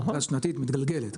תוכנית שנתית מתגלגלת,